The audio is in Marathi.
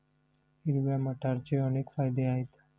हिरव्या मटारचे अनेक फायदे आहेत